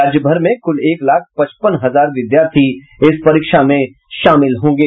राज्यभर से कुल एक लाख पचपन हजार विद्यार्थी इस परीक्षा में शामिल होंगे